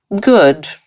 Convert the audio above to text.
good